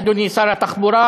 אדוני שר התחבורה,